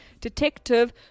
Detective